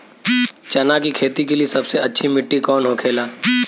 चना की खेती के लिए सबसे अच्छी मिट्टी कौन होखे ला?